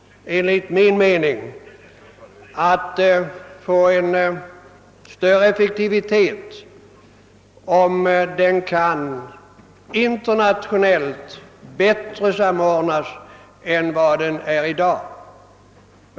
Enligt min mening kommer u-hjälpen att bli mera effektiv om den kan samordnas bättre internationellt än vad förhållandet är i dag.